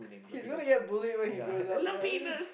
he's gonna get bullied when he grows up yeah